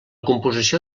composició